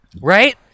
Right